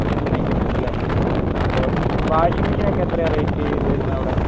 വിൽക്കണ ഐറ്റംസിന് അല്ലേ അപ്പോൾ വാഷിങ്ങ് മെഷീനൊക്കെ എത്രയാണ് റേറ്റ് വരുന്നത് അവിടെ